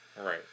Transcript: Right